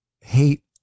hate